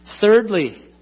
Thirdly